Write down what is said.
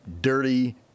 dirty